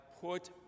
put